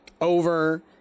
over